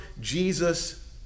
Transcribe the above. Jesus